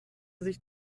sich